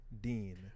Dean